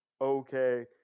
okay